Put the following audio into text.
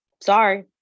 sorry